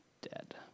dead